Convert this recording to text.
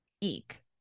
Eek